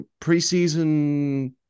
preseason